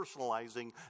personalizing